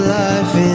life